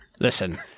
Listen